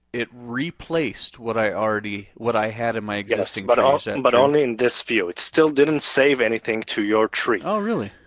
it replaced what i already, what i had in my existing but tree. so and but only in this field. it still didn't save anything to your tree. oh really?